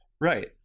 Right